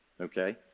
Okay